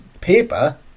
paper